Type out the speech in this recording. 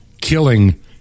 Killing